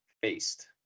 faced